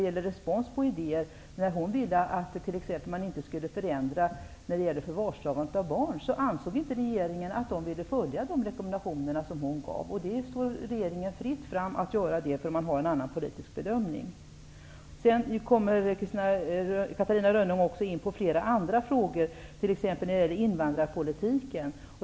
När hon inte ville förändra när det gällde förvarstagande av barn, ansåg sig regeringen inte vilja följa de rekommendationer som hon gav. Det står regeringen fritt fram att handla efter sin politiska bedömning. Catarina Rönnung kommer också in på flera andra frågor som t.ex. invandrarpolitiken.